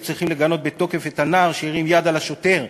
צריכים לגנות בתוקף את הנער שהרים יד על השוטר,